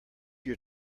your